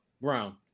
Brown